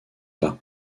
pas